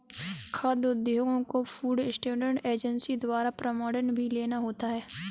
खाद्य उद्योगों को फूड स्टैंडर्ड एजेंसी द्वारा प्रमाणन भी लेना होता है